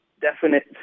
definite